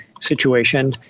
situation